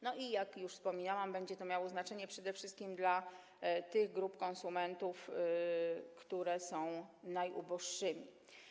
No i, jak już wspomniałam, będzie to miało znaczenie przede wszystkim dla tych grup konsumentów, które są najuboższe.